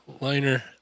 liner